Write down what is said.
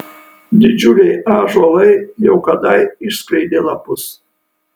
didžiuliai ąžuolai jau kadai išskleidė lapus